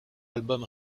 album